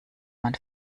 man